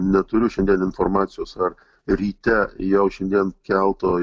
neturiu šiandien informacijos ar ryte jau šiandien kelto